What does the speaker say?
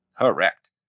Correct